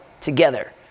together